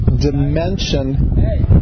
dimension